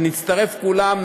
שנצטרף כולנו,